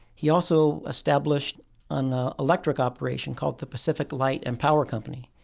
he also established an ah electric operation called the pacific light and power company.